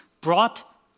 brought